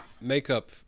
makeup